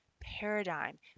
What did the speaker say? paradigm